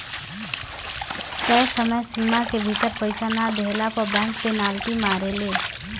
तय समय सीमा के भीतर पईसा ना देहला पअ बैंक पेनाल्टी मारेले